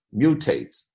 mutates